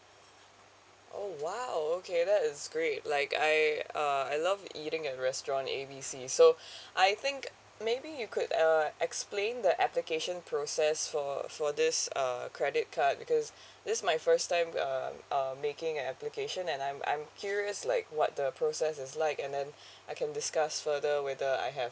oh !wow! okay that is great like I uh I love eating at restaurant A B C so I think maybe you could uh explain the application process for for this uh credit card because this my first time uh uh making an application and I'm I'm curious like what the process is like and then I can discuss further whether I have